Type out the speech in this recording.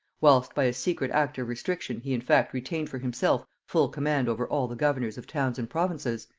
whilst by a secret act of restriction he in fact retained for himself full command over all the governors of towns and provinces,